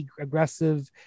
aggressive